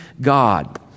God